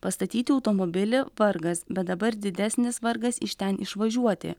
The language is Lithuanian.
pastatyti automobilį vargas bet dabar didesnis vargas iš ten išvažiuoti